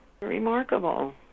remarkable